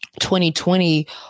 2020